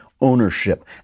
ownership